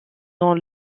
dans